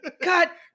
Cut